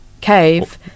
cave